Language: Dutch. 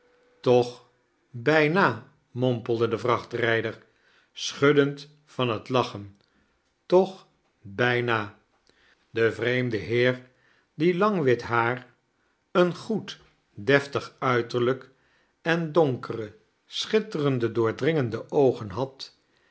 toon bijma mompelde de vrachttijder schuddend van het lachem toch bijna de vreemde heer die lang wit haar een goed deftdg uiberlijk en donkere schdtterende daordringende oogen had